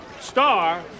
star